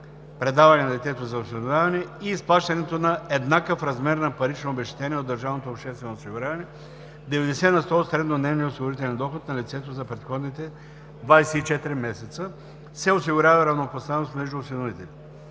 предаване на детето за осиновяване) и изплащането на еднакъв размер на парично обезщетение от държавното обществено осигуряване (90 на сто от среднодневния осигурителен доход на лицето за предходните 24 месеца), се осигурява равнопоставеност между осиновителите.